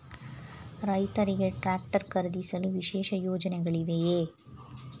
ರೈತರಿಗೆ ಟ್ರಾಕ್ಟರ್ ಖರೀದಿಸಲು ವಿಶೇಷ ಯೋಜನೆಗಳಿವೆಯೇ?